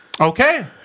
Okay